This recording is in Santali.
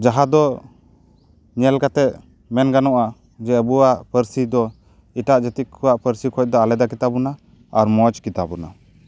ᱡᱟᱦᱟᱸ ᱫᱚ ᱧᱮᱞ ᱠᱟᱛᱮᱜ ᱢᱮᱱ ᱜᱟᱱᱚᱜᱼᱟ ᱡᱮ ᱟᱵᱚᱣᱟᱜ ᱯᱟᱹᱨᱥᱤ ᱫᱚ ᱮᱴᱟᱜ ᱡᱟᱹᱛᱤ ᱠᱚᱣᱟᱜ ᱯᱟᱹᱨᱥᱤ ᱠᱷᱚᱱ ᱫᱚ ᱟᱞᱟᱫᱟ ᱜᱮᱛᱟᱵᱚᱱᱟ ᱟᱨ ᱢᱚᱡᱽ ᱜᱮᱛᱟᱵᱚᱱᱟ